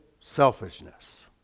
selfishness